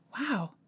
Wow